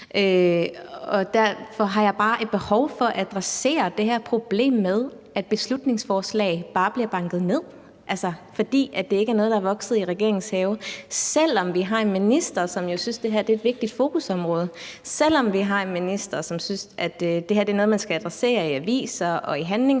derfor har jeg bare et behov for at adressere det her problem med, at beslutningsforslag bare bliver banket ned, altså fordi det er noget, der ikke er vokset i regeringens have, selv om vi har en minister, som jo synes, at det her er et vigtigt fokusområde, og selv om vi har en minister, som synes, at det her er noget, man skal adressere i aviser og i handlingsplaner